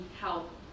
help